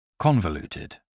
Convoluted